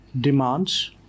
demands